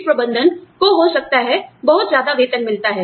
शीर्ष प्रबंधन को हो सकता है बहुत ज्यादा वेतन मिलता है